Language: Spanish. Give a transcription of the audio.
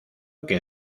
que